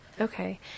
Okay